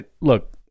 look